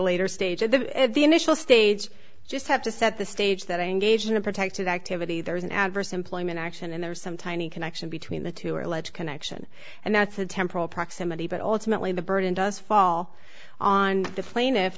later stage of the initial stage just have to set the stage that engage in a protected activity there's an adverse employment action and there's some tiny connection between the two or alleged connection and that's a temporal proximity but ultimately the burden does fall on the plane if